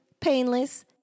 painless